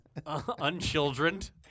unchildrened